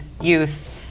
youth